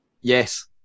Yes